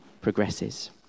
progresses